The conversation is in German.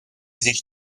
sich